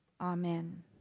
Amen